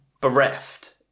bereft